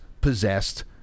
possessed